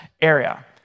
area